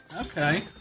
Okay